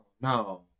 No